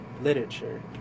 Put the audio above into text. literature